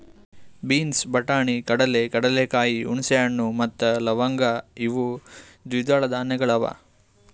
beans, ಬಟಾಣಿ, ಕಡಲೆ, ಕಡಲೆಕಾಯಿ, ಹುಣಸೆ ಹಣ್ಣು ಮತ್ತ ಲವಂಗ್ ಇವು ದ್ವಿದಳ ಧಾನ್ಯಗಳು ಅವಾ